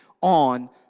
on